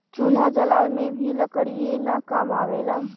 चूल्हा जलावे में भी लकड़ीये न काम आवेला